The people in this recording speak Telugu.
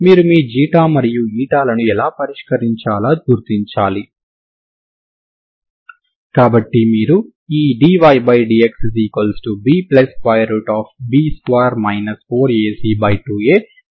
మీరు u ని పరిష్కారం అని చెప్పాలనుకుంటే అది కంటిన్యూస్ అవ్వాలి మరియు దాని ఉత్పన్నాలు కూడా కంటిన్యూస్ అవ్వాలి